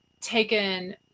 taken